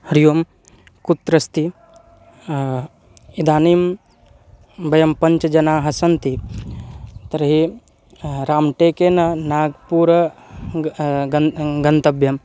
हरिः ओं कुत्र अस्ति इदानीं वयं पञ्च जनाः स्मः तर्हि राम्टेकेन नाग्पूर ग् गन् गन्तव्यं